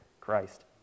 Christ